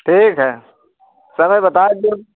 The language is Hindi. ठीक है समय बताय देऊ